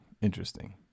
interesting